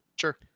Sure